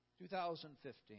2015